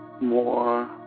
more